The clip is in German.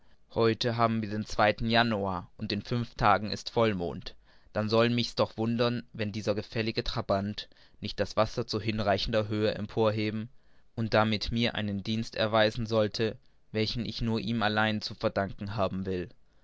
heute haben wir den januar und in fünf tagen ist vollmond dann soll mich's doch sehr wundern wenn dieser gefällige trabant nicht das wasser zu hinreichender höhe emporheben und damit mir einen dienst erweisen sollte welchen ich nur ihm allein zu verdanken haben will